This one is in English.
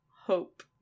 Hope